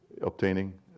obtaining